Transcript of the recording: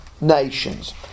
nations